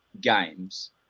games